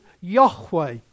Yahweh